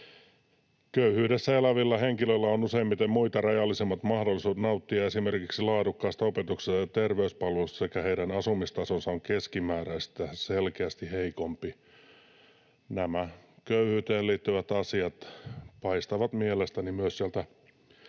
”Köyhyydessä elävillä henkilöillä on useimmiten muita rajallisemmat mahdollisuudet nauttia esimerkiksi laadukkaasta opetuksesta ja terveyspalveluista sekä heidän asumistasonsa on keskimääräistä selkeästi heikompi.” Nämä köyhyyteen liittyvät asiat paistavat mielestäni myös sieltä